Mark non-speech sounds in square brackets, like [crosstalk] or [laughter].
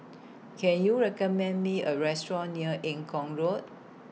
[noise] Can YOU recommend Me A Restaurant near Eng Kong Road